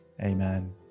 Amen